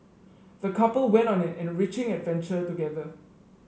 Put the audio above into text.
the couple went on an enriching adventure together